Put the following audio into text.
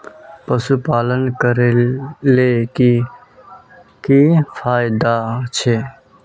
पशुपालन करले की की फायदा छे?